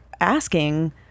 asking